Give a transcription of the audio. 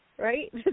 Right